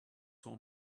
saw